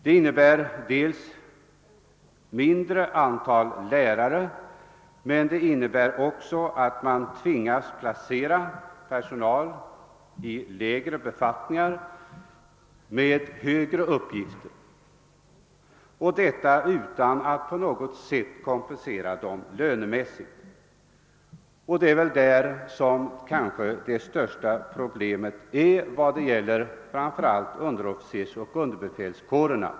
Det innebär inte blott ett mindre antal lärare utan även att man tvingas placera personal i lägre befattningar på uppgifter avsedd för personal i högre befattningar, utan att på något sätt kompensera personalen lönemässigt. Det är väl det som utgör det största problemet i detta sammanhang, framför allt vad beträffar underofficersoch underbefälskårerna.